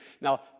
Now